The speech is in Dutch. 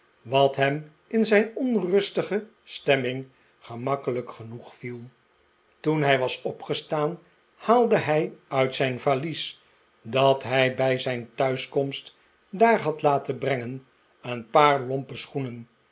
wat hem in zijn onrustige stemming gemakkelijk genoeg viel toen hij was opgestaan haalde hij uit zijn valies dat hij bij zijn thuiskomst daar had laten brengen een paar lompe schoenen